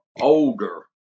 older